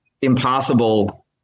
impossible